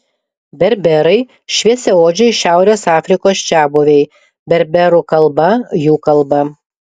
berberai šviesiaodžiai šiaurės afrikos čiabuviai berberų kalba jų kalba